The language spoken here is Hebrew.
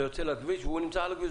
הוא יוצא לכביש והוא נמצא על הכביש,